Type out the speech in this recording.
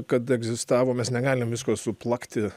kad egzistavo mes negalim visko suplakti